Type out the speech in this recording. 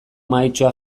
mahaitxoa